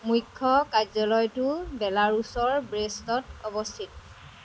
মুখ্য কাৰ্যালয়টো বেলাৰুছৰ ব্ৰেষ্টত অৱস্থিত